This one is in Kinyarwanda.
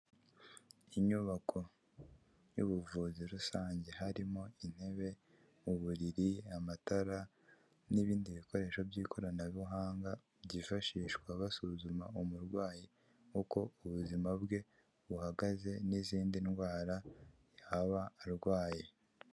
Inyubako y'ubuvuzi rusange harimo intebe mu buriri amatara n'ibindi bikoresho by'ikoranabuhanga, byifashishwa basuzuma umurwayi uko ubuzima bwe buhagaze n'izindi ndwara yaba arwaye.